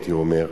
הייתי אומר,